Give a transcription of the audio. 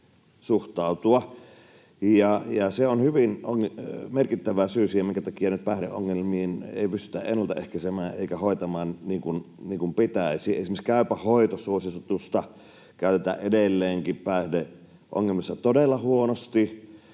se on hyvin merkittävä syy siihen, minkä takia päihdeongelmia ei nyt pystytä ennaltaehkäisemään eikä hoitamaan niin kuin pitäisi. Esimerkiksi Käypä hoito ‑suositusta käytetään edelleenkin päihdeongelmissa todella huonosti,